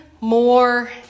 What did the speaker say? more